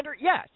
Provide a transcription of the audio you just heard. Yes